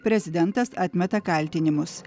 prezidentas atmeta kaltinimus